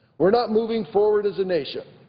we're not moving forward as a nation,